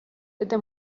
desde